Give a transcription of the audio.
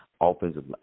offensive